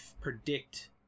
predict